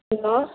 hello